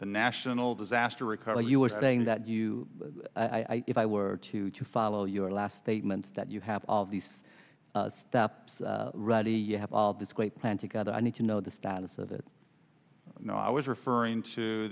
the national disaster recovery you were saying that you i if i were to follow your last statement that you have all these steps ready you have all this great plan together i need to know the status of it you know i was referring to